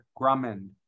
Grumman